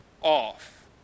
off